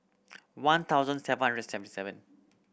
one thousand seven hundred seventy seven